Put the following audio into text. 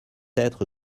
être